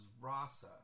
rasa